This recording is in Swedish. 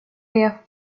det